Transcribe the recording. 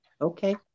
Okay